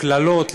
לקללות,